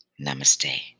Namaste